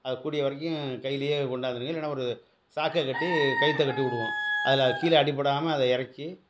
அதுக் கூடிய வரைக்கும் கைலேயே கொண்டாந்துடுங்க இல்லைனா ஒரு சாக்கைக் கட்டி கயிற்றை கட்டி விடுவோம் அதில் கீழே அடிபடாமல் அதை இறக்கி